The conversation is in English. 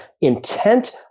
intent